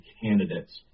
candidates